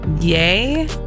Yay